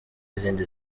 izindi